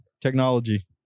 Technology